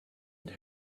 and